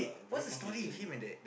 very confusing